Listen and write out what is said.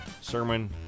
sermon